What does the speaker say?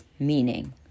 Meaning